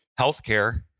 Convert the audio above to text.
Healthcare